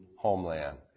homeland